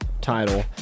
title